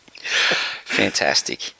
fantastic